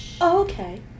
Okay